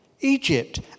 Egypt